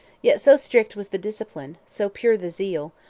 yet so strict was the discipline, so pure the zeal,